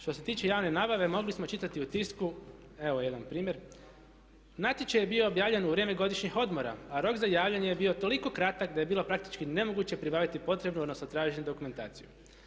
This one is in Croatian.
Što se tiče javne nabave mogli smo čitati u tisku, evo jedan primjer, natječaj je bio objavljen u vrijeme godišnjih odmora a rok za javljanje je bio toliko kratak da je bilo praktički nemoguće pribaviti potrebnu odnosno traženu dokumentaciju.